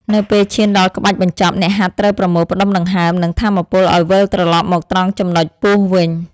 នៅពេលឈានដល់ក្បាច់បញ្ចប់ អ្នកហាត់ត្រូវប្រមូលផ្ដុំដង្ហើម និងថាមពលឱ្យវិលត្រឡប់មកត្រង់ចំនុចពោះវិញ។